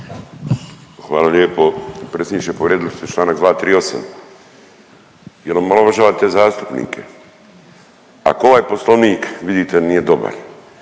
Hvala lijepo predsjedniče, povrijedili ste čl. 238 jer omalovažavate zastupnike. Ako ovaj Poslovnik, vidite, nije dobar,